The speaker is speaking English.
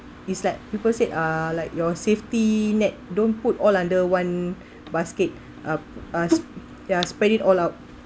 it's like people say uh like your safety net don't put all under one basket uh uh ya spread it all out